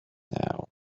now